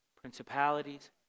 Principalities